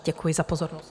Děkuji za pozornost.